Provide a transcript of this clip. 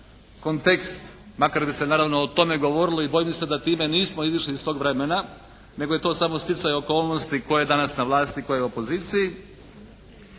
kontekst, makar bi se naravno o tome govorilo i bojim se da time nismo izišli iz tog vremena, nego je to samo sticaj okolnosti tko je danas na vlasti, tko je u opoziciji.